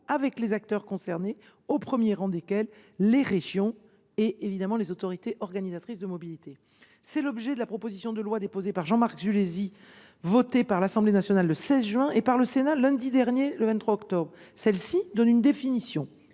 avec les acteurs concernés, au premier rang desquels les régions et les autorités organisatrices des mobilités. C’est l’objet de la proposition de loi déposée par M. Jean Marc Zulesi, votée par l’Assemblée nationale le 16 juin dernier et par le Sénat le 23 octobre dernier. Celle ci donne une définition